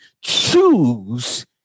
Choose